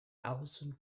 alison